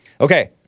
Okay